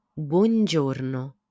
Buongiorno